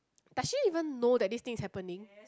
does she even know that this thing is happening